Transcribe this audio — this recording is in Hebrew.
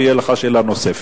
ותהיה לך שאלה נוספת.